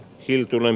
hiltunen